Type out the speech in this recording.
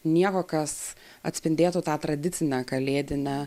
nieko kas atspindėtų tą tradicinę kalėdinę